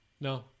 No